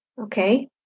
okay